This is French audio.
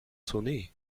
sonner